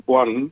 one